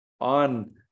on